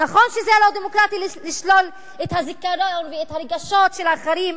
נכון שזה לא דמוקרטי לשלול את הזיכרון ואת הרגשות של האחרים,